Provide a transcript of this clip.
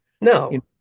No